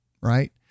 right